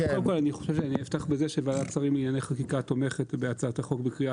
אני אפתח בזה שוועדת השרים לענייני חקיקה תומכת בהצעת החוק בקריאה